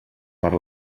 per